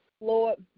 Lord